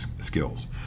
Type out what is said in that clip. skills